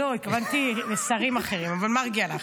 לא, התכוונתי לשרים אחרים, אבל מרגי הלך.